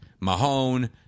Mahone